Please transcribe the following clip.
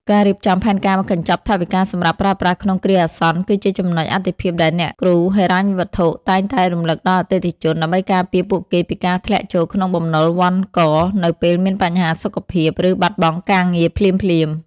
ការរៀបចំផែនការកញ្ចប់ថវិកាសម្រាប់ប្រើប្រាស់ក្នុងគ្រាអាសន្ន គឺជាចំណុចអាទិភាពដែលអ្នកគ្រូហិរញ្ញវត្ថុតែងតែរំលឹកដល់អតិថិជន ដើម្បីការពារពួកគេពីការធ្លាក់ចូលក្នុងបំណុលវណ្ឌកនៅពេលមានបញ្ហាសុខភាព ឬបាត់បង់ការងារភ្លាមៗ។